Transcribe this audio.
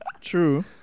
true